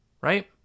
Right